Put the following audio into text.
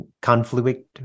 confluent